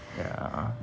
yeah